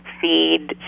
feed